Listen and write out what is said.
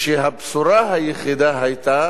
שהבשורה היחידה בו היתה